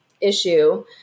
issue